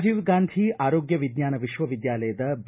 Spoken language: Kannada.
ರಾಜೀವ ಗಾಂಧಿ ಆರೋಗ್ಯ ವಿಜ್ಞಾನ ವಿಶ್ವವಿದ್ಯಾಲಯದ ಬಿ